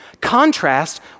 contrast